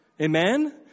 Amen